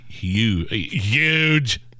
Huge